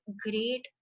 great